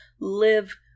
live